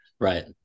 right